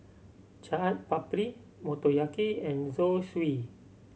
Chaat Papri Motoyaki and Zosui